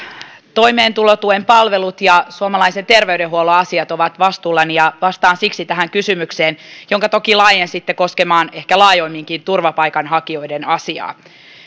toimeentulotuen palvelut ja suomalaisen terveydenhuollon asiat ovat vastuullani ja vastaan siksi tähän kysymykseen jonka toki laajensitte koskemaan ehkä laajemminkin turvapaikanhakijoiden asiaa